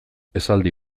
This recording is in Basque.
esaldi